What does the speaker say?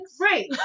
right